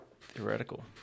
Theoretical